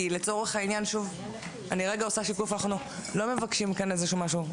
כי אנחנו לא מבקשים כאן משהו,